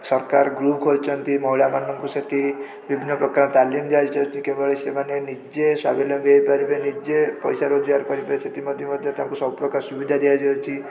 ସରକାର ଗ୍ରୁପ୍ ଖୋଲିଛନ୍ତି ମହିଳାମାନଙ୍କୁ ସେଇଠି ବିଭିନ୍ନପ୍ରକାର ତାଲିମ ଦିଆଯାଉଛି କେବଳ ସେମାନେ ନିଜେ ସ୍ୱାବଲମ୍ବୀ ହେଇପାରିବେ ନିଜେ ପଇସା ରୋଜଗାର କରିବେ ସେଥିପାଇଁ ପ୍ରତି ମଧ୍ୟ ତାଙ୍କୁ ସବୁପ୍ରକାର ସୁବିଧା ଦିଆଯାଉଛି